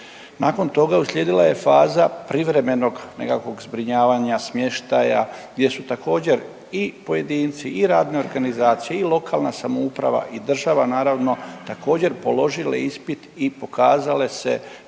Nakon toga uslijedila je faza privremenog nekakvog zbrinjavanja smještaja gdje su također i pojedinci i radne organizacije i lokalna samouprava i država naravno također položile ispit i pokazale se